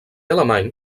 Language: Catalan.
alemany